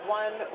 one